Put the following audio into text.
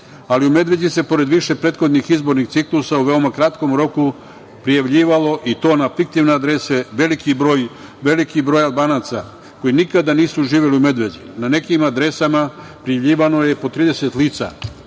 Ali, u Medveđi se pored više prethodnih izbornih ciklusa u veoma kratkom roku prijavljivalo, i to na fiktivne adrese, veliki broj Albanaca koji nikada nisu živeli u Medveđi. Na nekim adresama prijavljivano je po 30 lica,